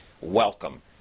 Welcome